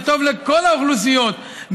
זה טוב לכל האוכלוסיות,